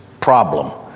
problem